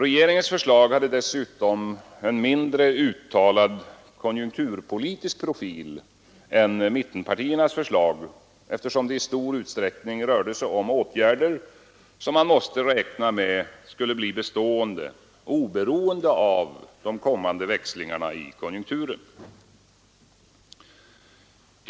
Regeringens förslag hade dessutom en mindre uttalad konjunkturpolitisk profil än mittenpartiernas förslag, eftersom det i stor utsträckning rörde sig om åtgärder som man måste räkna med skulle bli bestående, oberoende av kommande växlingar i konjunkturen.